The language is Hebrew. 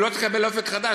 לא תקבל "אופק חדש",